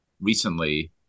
recently